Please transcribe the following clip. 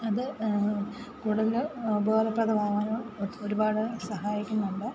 അത് കൂടുതൽ ഉപയോഗപ്രദമാവാനും ഒരുപാട് സഹായിക്കുന്നുണ്ട്